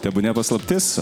tebūnie paslaptis